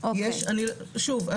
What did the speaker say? שוב,